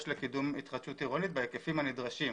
לקידום התחדשות עירונית בהיקפים הנדרשים,